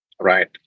right